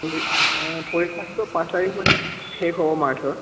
পৰীক্ষা পৰীক্ষাটোতো পাঁচ তাৰিখ মানে শেষ হ'ব মাৰ্চৰ